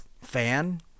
fan